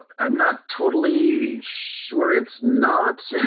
i'm not. totally sure it's not.